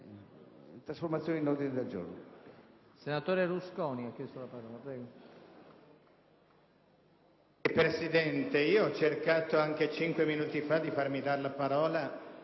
trasformazione in ordine del giorno?